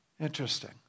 Interesting